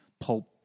pulp